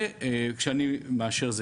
וכשאני מאשר זה